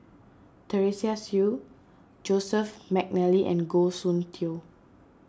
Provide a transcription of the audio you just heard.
Teresa Hsu Joseph McNally and Goh Soon Tioe